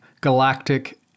galactic